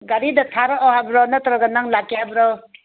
ꯒꯥꯔꯤꯗ ꯊꯥꯔꯛꯑꯣ ꯍꯥꯏꯕ꯭ꯔꯣ ꯅꯠꯇ꯭ꯔꯒ ꯅꯪ ꯂꯥꯛꯀꯦ ꯍꯥꯏꯕ꯭ꯔꯣ